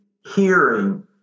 hearing